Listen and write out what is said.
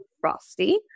frosty